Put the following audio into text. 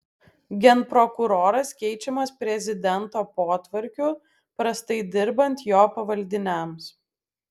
genprokuroras keičiamas prezidento potvarkiu prastai dirbant jo pavaldiniams